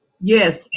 Yes